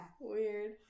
Weird